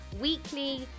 weekly